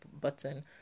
button